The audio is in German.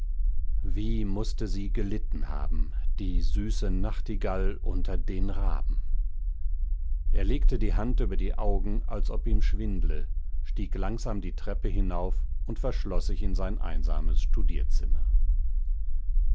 wie mußte sie gelitten haben die süße nachtigall unter den raben er legte die hand über die augen als ob ihm schwindle stieg langsam die treppe hinauf und verschloß sich in sein einsames